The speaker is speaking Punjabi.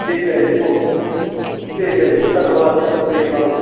ਠੀਕ ਹੈ ਜੀ ਹੋਰ ਠੀਕ ਹੈ ਜੀ ਧੰਨਵਾਦ ਜੀ ਸਤਿ ਸ਼੍ਰੀ ਅਕਾਲ